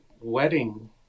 wedding